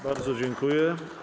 Bardzo dziękuję.